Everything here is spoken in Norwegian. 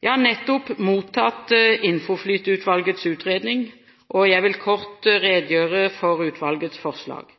Jeg har nettopp mottatt INFOFLYT-utvalgets utredning, og jeg vil kort redegjøre for utvalgets forslag.